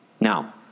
Now